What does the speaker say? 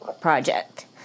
project